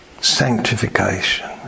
sanctification